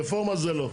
רפורמה זה לא.